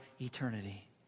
eternity